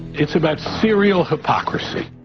it's about serial hypocrisy.